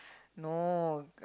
no uh